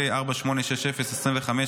פ/4860/25,